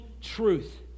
truth